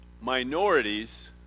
minorities